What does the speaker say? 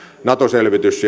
nato selvitys